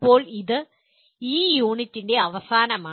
ഇപ്പോൾ അത് ഈ യൂണിറ്റിന്റെ അവസാനമാണ്